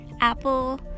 apple